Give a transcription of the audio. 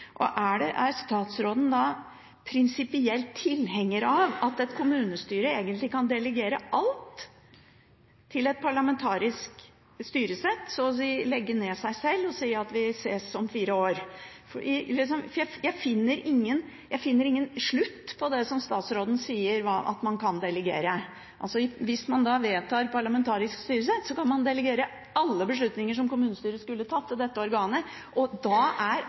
Og er statsråden da prinsipielt tilhenger av at et kommunestyre egentlig kan delegere alt til et parlamentarisk styresett – så å si legge ned seg selv og si at vi ses om fire år? Jeg finner ingen slutt på det statsråden sier at man kan delegere. Hvis man da vedtar et parlamentarisk styresett, kan man delegere alle beslutninger som kommunestyret skulle tatt til dette organet, og da er